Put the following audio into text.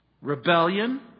Rebellion